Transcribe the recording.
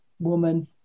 woman